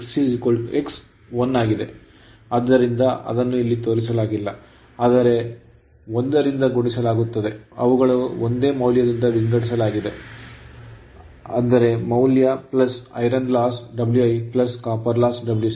ಮತ್ತು x 1 ಆಗಿದೆ ಆದ್ದರಿಂದ ಅದನ್ನು ಇಲ್ಲಿ ತೋರಿಸಲಾಗಿಲ್ಲ ಆದರೆ 1 ರಿಂದ ಗುಣಿಸಲಾಗುತ್ತದೆ ಅವುಗಳನ್ನು ಒಂದೇ ಮೌಲ್ಯದಿಂದ ವಿಂಗಡಿಸಲಾಗಿದೆ ಅದೇ ಮೌಲ್ಯ iron loss Wi copper loss Wc